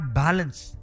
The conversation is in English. balance